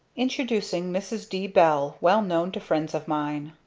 introducing mrs. d. bell, well known to friends of mine.